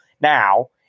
now